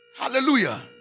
Hallelujah